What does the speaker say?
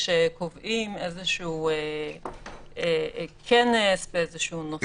כשקובעים איזשהו כנס באיזשהו נושא.